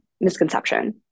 misconception